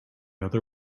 other